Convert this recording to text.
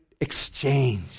exchange